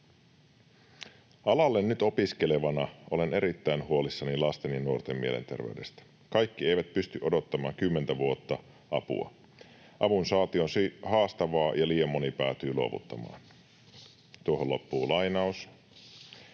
Alalle nyt opiskelevana olen erittäin huolissani lasten ja nuorten mielenterveydestä. Kaikki eivät pysty odottamaan kymmentä vuotta apua. Avunsaanti on haastavaa, ja liian moni päätyy luovuttamaan.” Arvoisa puhemies!